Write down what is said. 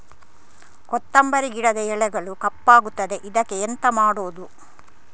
ಕೊತ್ತಂಬರಿ ಗಿಡದ ಎಲೆಗಳು ಕಪ್ಪಗುತ್ತದೆ, ಇದಕ್ಕೆ ಎಂತ ಮಾಡೋದು?